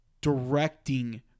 directing